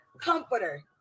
comforter